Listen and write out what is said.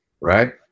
Right